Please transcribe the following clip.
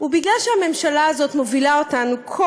בגלל שהממשלה הזאת מובילה אותנו כל